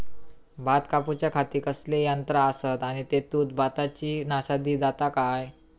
भात कापूच्या खाती कसले यांत्रा आसत आणि तेतुत भाताची नाशादी जाता काय?